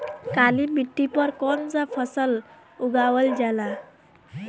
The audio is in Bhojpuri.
काली मिट्टी पर कौन सा फ़सल उगावल जाला?